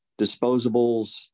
disposables